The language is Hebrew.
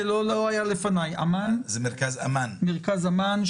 ככל שיש טענה על כך שיש הפנמה בבתי המשפט,